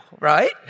right